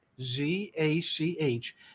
Z-A-C-H